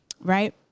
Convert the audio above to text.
right